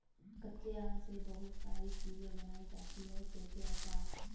कच्चे आम से बहुत सारी चीज़ें बनाई जाती है जैसे आचार